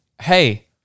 hey